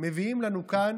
מביאים לנו כאן.